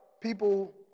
people